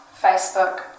Facebook